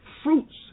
Fruits